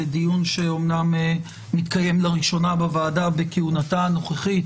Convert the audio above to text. זה דיון שאומנם מתקיים לראשונה בוועדה בכהונתה הנוכחית,